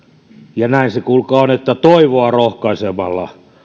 ja näin se kuulkaa on että toivoa rohkaisemalla